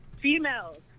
Females